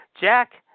Jack